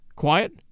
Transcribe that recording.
Quiet